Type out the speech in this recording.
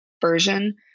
version